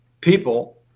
people